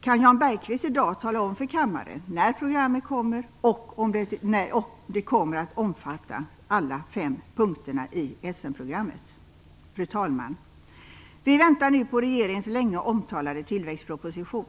Kan Jan Bergqvist i dag tala om för kammaren när programmet kommer och om det kommer att omfatta alla fem punkterna i Essenprogrammet? Fru talman! Vi väntar nu på regeringens länge omtalade tillväxtproposition.